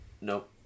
nope